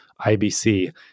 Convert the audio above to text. IBC